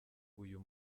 uyu